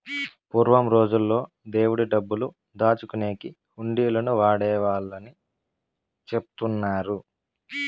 పూర్వం రోజుల్లో దేవుడి డబ్బులు దాచుకునేకి హుండీలను వాడేవాళ్ళని చెబుతున్నారు